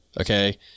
okay